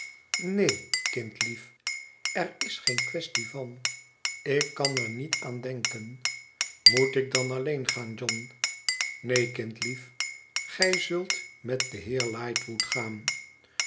kind lief er is geen quaestie van ik kan er niet aan denken imoet ik dan alleen gaan john neen kind lief gij zult met den heer lightwood gaan